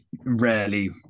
rarely